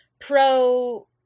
pro